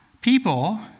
people